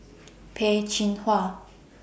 Peh Chin Hua